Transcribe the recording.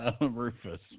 Rufus